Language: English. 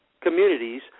communities